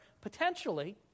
potentially